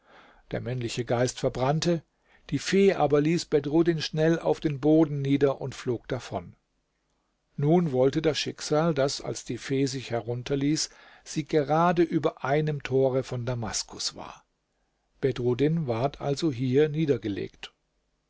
der männliche geist verbrannte die fee aber ließ bedruddin schnell auf den boden nieder und flog davon nun wollte das schicksal daß als die fee sich herunter ließ sie gerade über einem tore von damaskus war bedruddin ward also hier niedergelegt